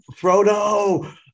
frodo